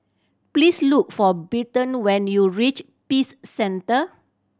please look for Britton when you reach Peace Centre